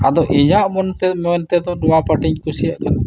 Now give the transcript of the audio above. ᱟᱫᱚ ᱤᱧᱟᱹᱜ ᱢᱚᱱᱛᱮ ᱢᱮᱱᱛᱮᱫᱚ ᱱᱚᱣᱟ ᱯᱟᱴᱤᱧ ᱠᱩᱥᱤᱭᱟᱜ ᱠᱟᱱᱟ